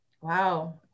Wow